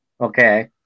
okay